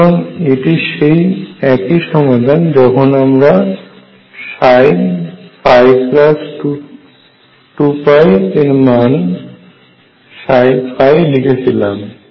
সুতরাং এটি সেই একই সমাধান যখন আমরা 2 এর মান লিখেছিলাম